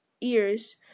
ears